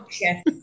Yes